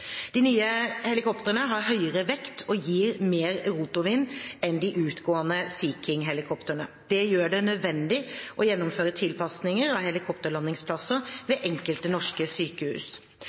De nye helikoptrene har større vekt og gir mer rotorvind enn de utgående Sea King-helikoptrene. Det gjør det nødvendig å gjennomføre tilpasninger av helikopterlandingsplasser ved enkelte norske sykehus.